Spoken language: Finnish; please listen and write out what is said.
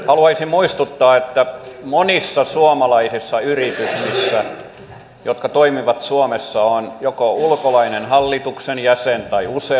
haluaisin muistuttaa että monissa suomalaisissa yrityksissä jotka toimivat suomessa on joko ulkolainen hallituksen jäsen tai useampia tai ulkolainen toimitusjohtaja